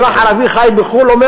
ערבי החי בחו"ל אומר,